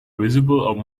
visible